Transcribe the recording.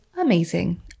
amazing